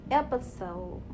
episode